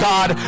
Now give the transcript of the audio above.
God